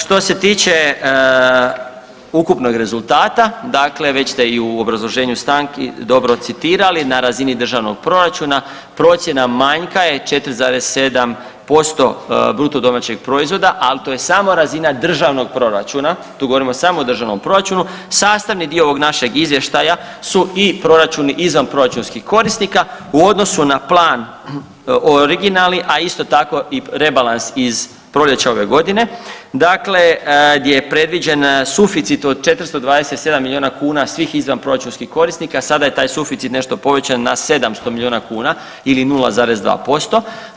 Što se tiče ukupnog rezultata, dakle već ste i u obrazloženju stanki dobro citirali, na razini državnog proračuna procjena manjka je 4,7% BDP-a, al to je samo razina državnog proračuna, tu govorimo samo o državnom proračunu, sastavni dio ovog našeg izvještaja su i proračuni izvanproračunskih korisnika u odnosu na plan originalni, a isto tako i rebalans iz proljeća ove godine, dakle gdje je predviđen suficit od 427 milijuna kuna svih izvanproračunskih korisnika, sada je taj suficit nešto povećan na 700 milijuna kuna ili 0,2%